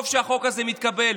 טוב שהחוק הזה מתקבל,